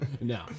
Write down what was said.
no